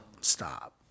Stop